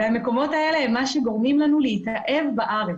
המקומות האלה הם אלה שגורמים לנו להתאהב בארץ.